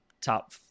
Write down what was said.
top